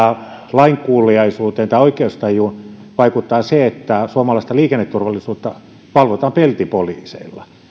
lainkuuliaisuuteen tai oikeustajuun vaikuttaa se että suomalaista liikenneturvallisuutta valvotaan peltipoliiseilla